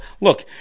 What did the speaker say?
look